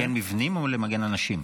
למגן מבנים או למגן אנשים?